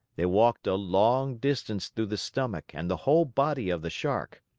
they walked a long distance through the stomach and the whole body of the shark.